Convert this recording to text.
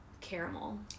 caramel